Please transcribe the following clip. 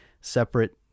separate